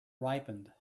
ripened